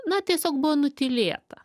na tiesiog buvo nutylėta